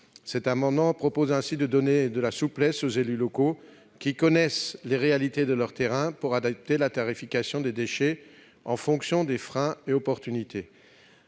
Cet amendement vise à donner de la souplesse aux élus locaux, qui connaissent les réalités de leur territoire, pour adapter la tarification des déchets en fonction des freins et des opportunités.